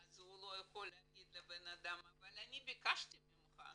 הוא לא יכול להגיד לבנאדם "אבל אני ביקשתי ממך"